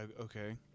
okay